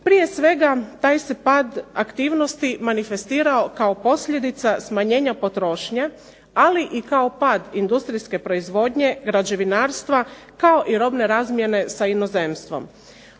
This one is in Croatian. Prije svega taj se pad aktivnosti manifestirao kao posljedica smanjenja potrošnje, ali i kao pad industrijske proizvodnje, građevinarstva, kao i robne razmjene sa inozemstvom.